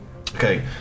Okay